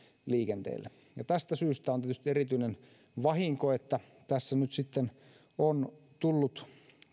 liikenteelle tästä syystä on tietysti erityinen vahinko että nyt on tullut